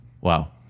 wow